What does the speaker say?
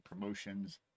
promotions